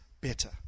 better